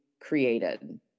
created